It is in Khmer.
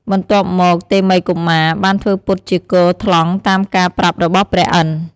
បន្ទាប់មកតេមិយកុមារ បានធ្វើពុតជា គ ថ្លង់ តាមការប្រាប់របស់ព្រះឥន្ទ។